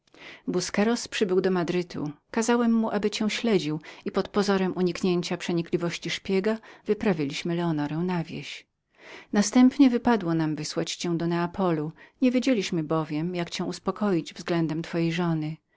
ogółu busqueros przybył do madrytu kazałem mu aby cię śledził i pod pozorem uniknienia przenikliwości szpiega wyprawiliśmy leonorę na wieś następnie podobało nam się wysłać cię do neapolu nie wiedzieliśmy bowiem jak cię uspokoić względem twojej żony